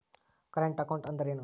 Current account ಅಂದರೇನು?